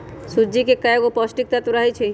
सूज्ज़ी में कएगो पौष्टिक तत्त्व रहै छइ